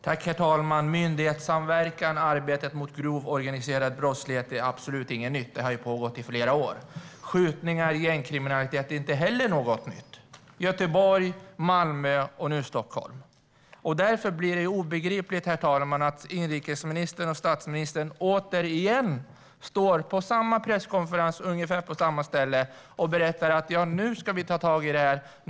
Herr talman! Myndighetssamverkan i arbetet mot grov organiserad brottslighet är absolut ingenting nytt, utan det har pågått i flera år. Skjutningar och gängkriminalitet är inte heller någonting nytt. Vi har sett det i Göteborg och Malmö och nu i Stockholm. Därför blir det obegripligt, herr talman, att inrikesministern och statsministern återigen står på samma presskonferens, ungefär på samma ställe, och berättar att de nu ska ta tag i detta.